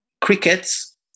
crickets